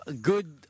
good